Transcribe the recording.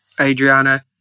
adriana